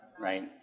right